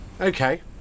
Okay